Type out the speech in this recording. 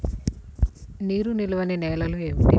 నీరు నిలువని నేలలు ఏమిటి?